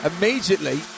immediately